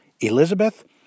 Elizabeth